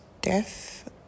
death